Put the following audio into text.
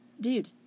dude